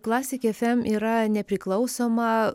classic fm yra nepriklausoma